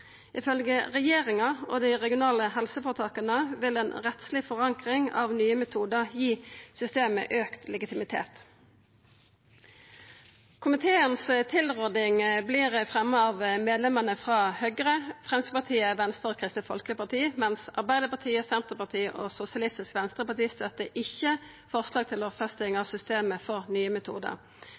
regjeringa og dei regionale helseføretaka vil ei rettsleg forankring av Nye metodar gi systemet auka legitimitet. Komiteens tilråding vert fremja av medlemane frå Høgre, Framstegspartiet, Venstre og Kristeleg Folkeparti, mens Arbeidarpartiet, Senterpartiet og Sosialistisk Venstreparti ikkje støttar forslag til lovfesting av systemet for nye metodar.